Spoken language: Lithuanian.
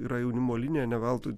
yra jaunimo linija ne veltui